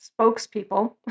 spokespeople